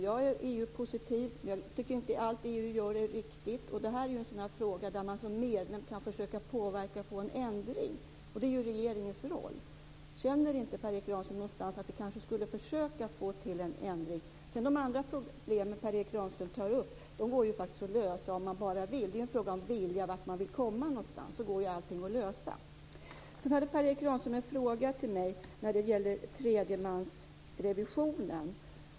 Jag är EU-positiv, men jag tycker inte att allt EU gör är riktigt. Det är en sådan frågan där man som medlem kan försöka påverka och få en ändring. Det är regeringens roll. Känner inte Per Erik Granström någonstans att vi ändå skulle försöka få till en ändring? De andra problemen som Per Erik Granström tar upp går faktiskt att lösa om man bara vill. Allting går att lösa. Det är fråga om vilja och vart man vill komma någonstans. Per Erik Granström hade en fråga till mig när det gällde tredjemansrevisionen.